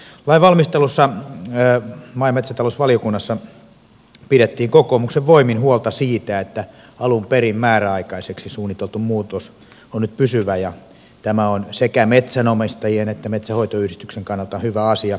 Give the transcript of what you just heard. lain valmistelussa maa ja metsätalousvaliokunnassa pidettiin kokoomuksen voimin huolta siitä että alun perin määräaikaiseksi suunniteltu muutos on nyt pysyvä ja tämä on sekä metsänomistajien että metsänhoitoyhdistyksen kannalta hyvä asia